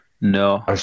No